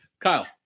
Kyle